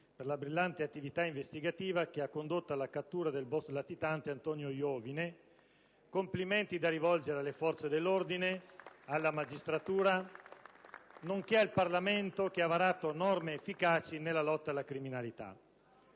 per la brillante attività investigativa che ha condotto alla cattura del *boss* latitante Antonio Iovine. I complimenti sono da rivolgere alle forze dell'ordine, alla magistratura, nonché al Parlamento che ha varato norme efficaci nella lotta alla criminalità.